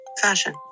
fashion